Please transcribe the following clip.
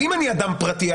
אם אני אדם פרטי,